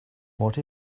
what